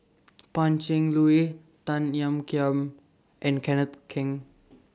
Pan Cheng Lui Tan Ean Kiam and Kenneth Keng